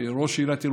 ראש עיריית ירושלים.